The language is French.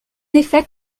effet